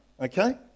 Okay